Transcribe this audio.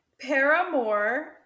Paramore